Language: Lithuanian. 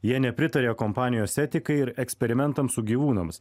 jie nepritarė kompanijos etikai ir eksperimentams su gyvūnams